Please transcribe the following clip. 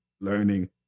Learning